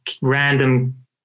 random